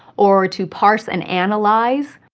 or to parse and analyze,